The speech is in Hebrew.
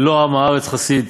ולא עם הארץ חסיד,